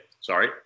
sorry